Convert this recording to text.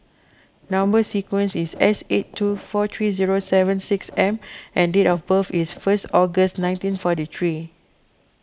Number Sequence is S eight two four three zero seven six M and date of birth is first August nineteen forty three